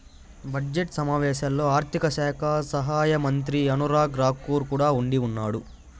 budget సమావేశాల్లో ఆర్థిక శాఖ సహాయమంత్రి అనురాగ్ రాకూర్ కూడా ఉండిన్నాడు